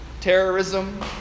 terrorism